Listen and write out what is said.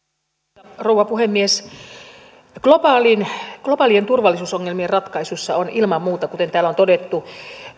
arvoisa rouva puhemies globaalien turvallisuusongelmien ratkaisuissa on ilman muuta kuten täällä on todettu